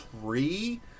three